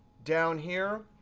down here,